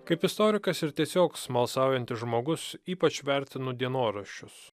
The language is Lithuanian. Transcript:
kaip istorikas ir tiesiog smalsaujantis žmogus ypač vertinu dienoraščius